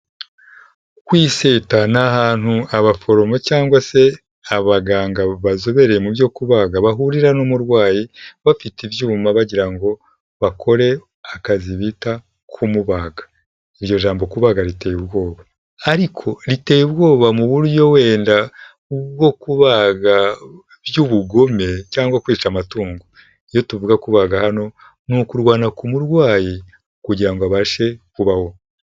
Ku iseta ni ahantu abaforomo cyangwa se abaganga bazobereye mu byo kubaga bahurira n'umurwayi, bafite ibyuma bagira ngo bakore akazi bita kumubaga, iryo jambo kubaga riteye ubwoba, ariko riteye ubwoba mu buryo wenda bwo kubaga by'ubugome, cyangwa kwica amatungo, iyo tuvuga kubaga hano, ni ukurwana ku murwayi kugirango abashe kubaho.